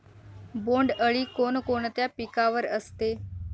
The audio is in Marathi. बोंडअळी कोणकोणत्या पिकावर असते?